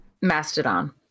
Mastodon